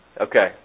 Okay